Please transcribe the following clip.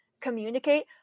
communicate